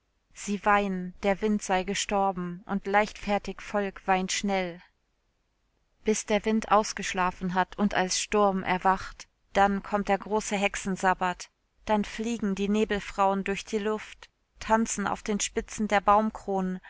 sie weinen der wind sei gestorben und leichtfertig volk weint schnell bis der wind ausgeschlafen hat und als sturm erwacht dann kommt der große hexensabbat dann fliegen die nebelfrauen durch die luft tanzen auf den spitzen der baumkronen